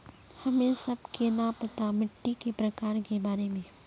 हमें सबके न पता मिट्टी के प्रकार के बारे में?